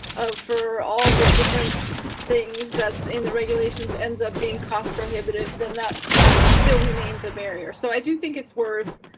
of for all the different things that's in the regulations ends up being cost prohibitive then that that still remains a barrier. so i do think it's worth,